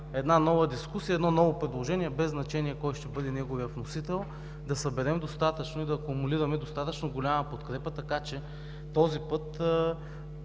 една нова дискусия, едно ново предложение, без значение кой ще бъде неговият вносител, да съберем достатъчно и да акумулираме достатъчно голяма подкрепа, така че този път